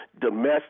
domestic